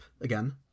again